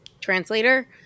translator